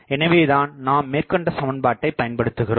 எனவேதான் நாம் மேற்கண்ட சமன்பாட்டை பயன்படுத்துகிறோம்